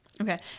Okay